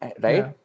right